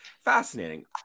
fascinating